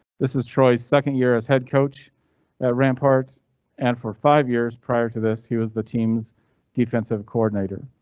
this is troy's second year as head coach at rampart ann for five years. prior to this he was the team's defensive coordinator.